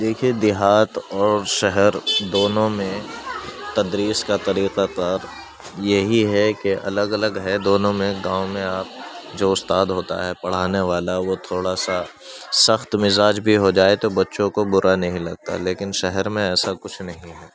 دیکھیے دیہات اور شہر دونوں میں تدریس کا طریقہ کار یہی ہے کہ الگ الگ ہے دونوں میں گاؤں میں آپ جو استاد ہوتا ہے پڑھانے والا وہ تھوڑا سا سخت مزاج بھی ہوجائے تو بچّوں کو برا نہیں لگتا لیکن شہر میں ایسا کچھ نہیں ہے